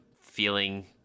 feeling